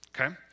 Okay